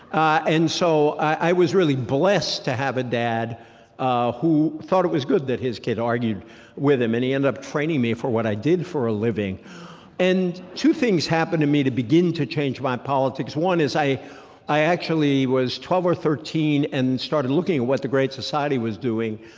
ah and so i was really blessed to have a dad ah who thought it was good that his kid argued with him. and he ended up training me for what i did for a living and two things happened to me to begin to change my politics. one is i i actually was twelve or thirteen and started looking at what the great society was doing,